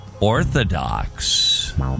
orthodox